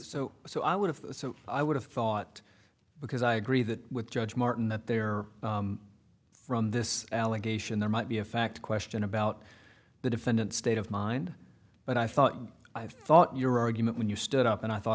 so so i would have so i would have thought because i agree that with judge martin that they are from this allegation there might be a fact question about the defendant state of mind but i thought i thought your argument when you stood up and i thought